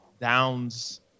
downs